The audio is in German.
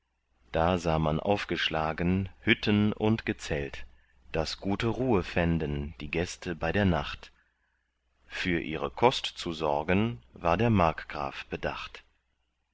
da sah man aufgeschlagen hütten und gezelt daß gute ruhe fänden die gäste bei der nacht für ihre kost zu sorgen war der markgraf bedacht